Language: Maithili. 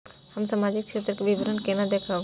हम सामाजिक क्षेत्र के विवरण केना देखब?